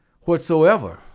whatsoever